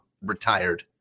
retired